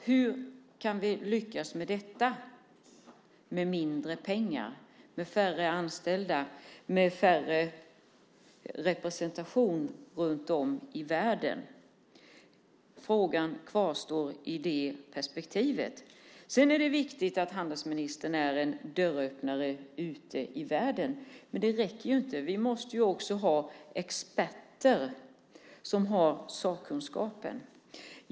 Hur kan vi lyckas med detta med mindre pengar, färre anställda och mindre representation runt om i världen? Den frågan kvarstår. Det är viktigt att handelsministern är en dörröppnare ute i världen, men det räcker inte. Vi måste också ha experter som har sakkunskapen.